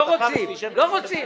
לא רוצים.